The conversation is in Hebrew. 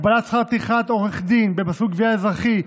הגבלת שכר טרחת עורך דין במסלול גבייה אזרחי,